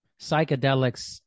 psychedelics